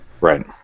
Right